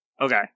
Okay